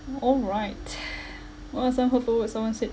alright what was some hurtful words someone said